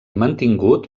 mantingut